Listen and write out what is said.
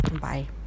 Bye